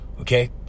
Okay